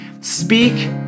Speak